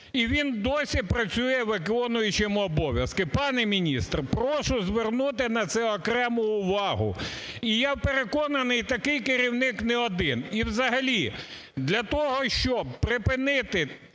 і він досі працює виконуючим обов'язки. Пане міністр, прошу звернути на це окрему увагу. І, я переконаний, такий керівник не один. І взагалі для того, щоб припинити